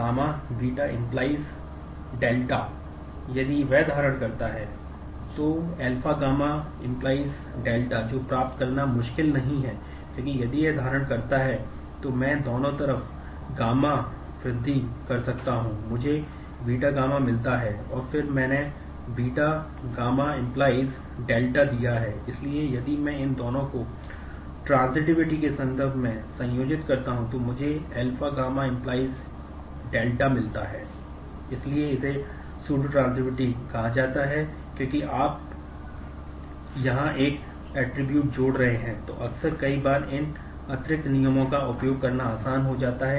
इसे डिकम्पोजिशन के संदर्भ में संयोजित करता हूं तो मुझे α γ → δ मिलता है